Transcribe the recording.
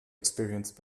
experienced